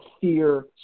fear